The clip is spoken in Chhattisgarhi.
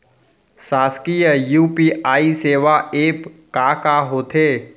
शासकीय यू.पी.आई सेवा एप का का होथे?